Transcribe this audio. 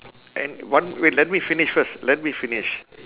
and one wait let me finish first let me finish